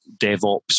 DevOps